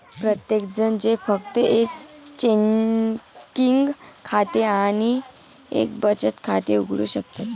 प्रत्येकजण जे फक्त एक चेकिंग खाते आणि एक बचत खाते उघडू शकतात